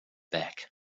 back